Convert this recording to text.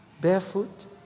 barefoot